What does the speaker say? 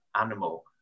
animal